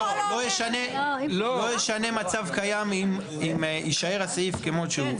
לא ישנה מצב קיים אם יישאר הסעיף כמו שהוא.